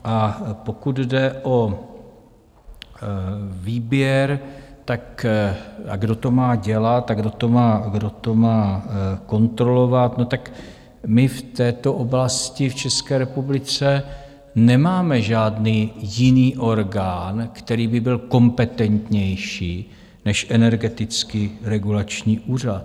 A pokud jde o výběr a kdo to má dělat a kdo to má kontrolovat, no, tak my v této oblasti v České republice nemáme žádný jiný orgán, který by byl kompetentnější než Energetický regulační úřad.